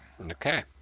okay